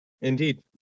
Indeed